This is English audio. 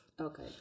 Okay